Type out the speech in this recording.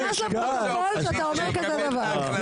זה נכנס לפרוטוקול שאתה אומר כזה דבר.